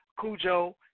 Cujo